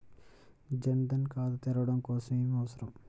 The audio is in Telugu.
జన్ ధన్ ఖాతా తెరవడం కోసం ఏమి అవసరం?